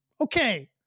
Okay